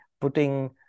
putting